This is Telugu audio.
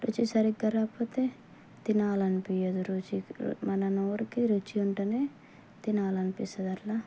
రుచి సరిగా రాకపోతే తీనాలనిపించదు రుచి మన నోరుకి రుచి ఉంటేనే తినాలనిపిస్తుంది అట్లా